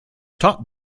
top